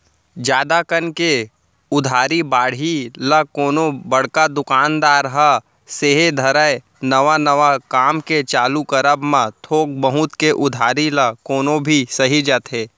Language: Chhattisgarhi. जादा कन के उधारी बाड़ही ल कोनो बड़का दुकानदार ह सेहे धरय नवा नवा काम के चालू करब म थोक बहुत के उधारी ल कोनो भी सहि जाथे